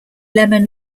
lemon